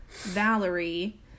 Valerie